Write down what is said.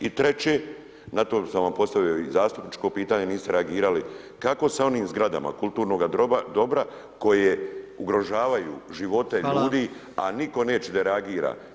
I treće, na to sam vam postavio i zastupničko pitanje, niste reagirali, kako sa onim zgradama kulturnoga dobra koje ugrožavaju živote ljudi, a nitko neće da reagira?